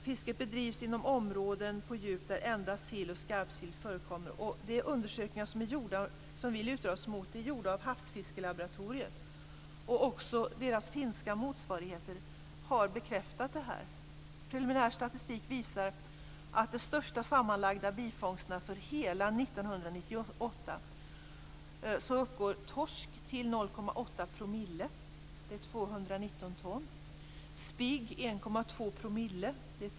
Fisket bedrivs inom områden på djup där endast sill och skarpsill förekommer. De undersökningar som vi lutar oss mot är gjorda av Havsfiskelaboratoriet. Även deras finska motsvarigheter har bekräftat detta. laxar.